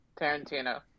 Tarantino